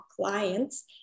clients